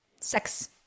sex